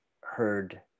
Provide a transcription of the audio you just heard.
heard